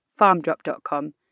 farmdrop.com